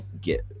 get